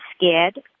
scared